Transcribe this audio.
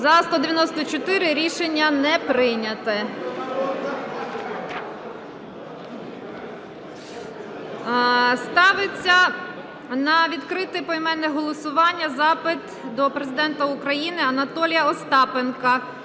За-194 Рішення не прийнято. Ставиться на відкрите поіменне голосування запит до Президента України Анатолія Остапенка